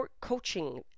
coaching